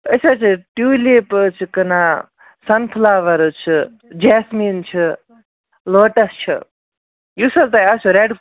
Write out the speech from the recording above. أسۍ حظ چھِ ٹیوٗلِپ حظ چھِ کٕنان سَنفٕلاوَر حظ چھِ جیسمیٖن چھِ لوٹَس چھِ یُس حظ تۄہہِ آسیو رٮ۪ڈ